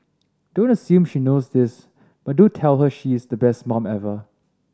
don't assume she knows this but do tell her she is the best mum ever